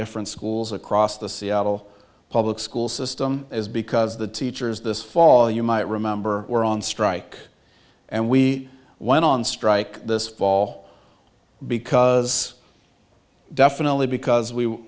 different schools across the seattle public school system is because the teachers this fall you might remember were on strike and we went on strike this fall because definitely because we